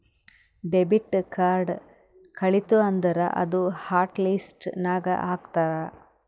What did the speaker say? debit card ಕಳಿತು ಅಂದುರ್ ಅದೂ ಹಾಟ್ ಲಿಸ್ಟ್ ನಾಗ್ ಹಾಕ್ತಾರ್